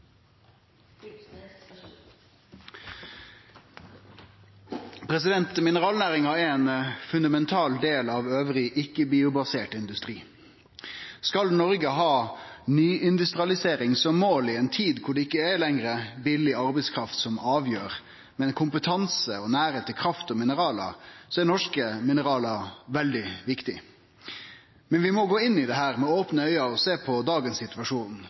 ein fundamental del av elles ikkje-biobasert industri. Skal Noreg ha ny-industrialisering som mål i ei tid der det ikkje lenger er billeg arbeidskraft som avgjer, men kompetanse og nærleik til kraft og mineral, så er norske mineral veldig viktige. Men vi må gå inn i dette med opne auge og sjå på dagens situasjon